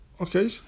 Okay